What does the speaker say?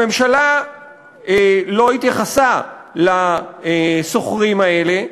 הממשלה לא התייחסה לשוכרים האלה.